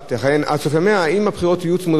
אז חשוב שאתה תכריז שאיך שלא יהיה,